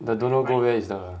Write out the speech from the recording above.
the don't know go where is the